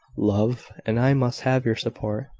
love, and i must have your support.